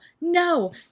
no